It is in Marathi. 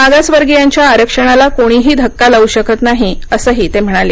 मागासवर्गीयांच्या आरक्षणाला कोणीही धक्का लावू शकत नाही असंही ते म्हणाले